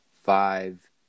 five